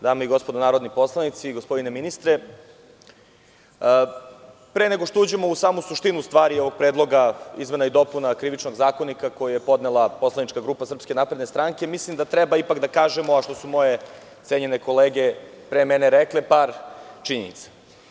Dame i gospodo narodni poslanici, gospodine ministre, pre nego što uđemo u samu suštinu stvari ovog predloga izmena i dopuna Krivičnog zakonika koji je podnela poslanička grupa SNS, milim da treba ipak da kažemo, a što su moje cenjene kolege rekle, par činjenica.